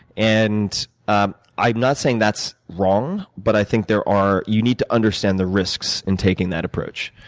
and ah i'm not saying that's wrong, but i think there are you need to understand the risks in taking that approach.